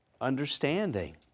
understanding